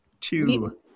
two